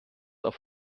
auf